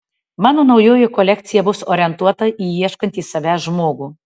mano naujoji kolekcija bus orientuota į ieškantį savęs žmogų